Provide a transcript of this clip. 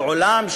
לעולם,